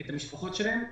את המשפחות שלהם.